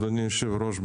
אדוני היושב-ראש,